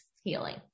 healing